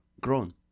grown